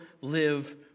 live